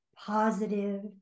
positive